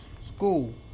school